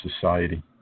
society